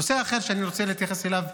נושא אחר שאני רוצה להתייחס אליו,